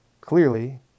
Clearly